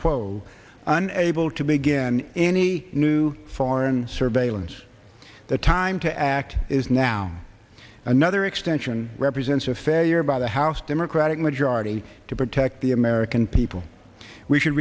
quo unable to begin any new foreign surveillance the time to act is now another extension represents a failure by the house democratic majority to protect the american people we should